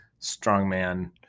strongman